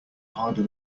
harder